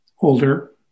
older